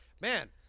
man